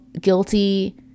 guilty